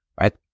right